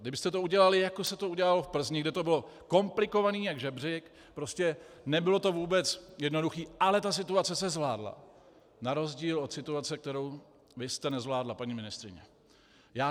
Kdybyste to udělali, jako se to udělalo v Plzni, kde to bylo komplikované jako žebřík, prostě nebylo to vůbec jednoduché, ale ta situace se zvládla na rozdíl od situace, kterou vy jste nezvládla, paní ministryně.